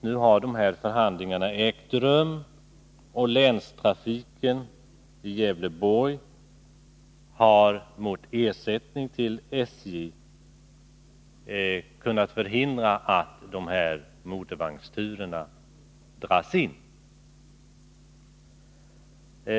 Nu har förhandlingarna ägt rum, och länstrafiken i Gävleborg har mot ersättning till SJ kunnat förhindra att motorvagnsturerna dras in.